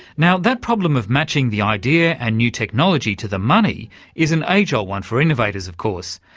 now that problem of matching the idea and new technology to the money is an age-old one for innovators, of course.